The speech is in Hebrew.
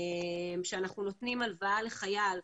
שאנחנו נותנים הלוואה לחייל.